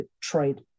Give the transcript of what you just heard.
trade